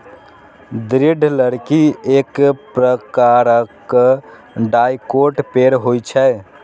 दृढ़ लकड़ी एक प्रकारक डाइकोट पेड़ होइ छै